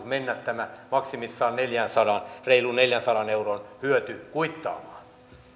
mennä maksimissaan reilun neljänsadan euron hyöty kuittaamaan